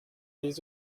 les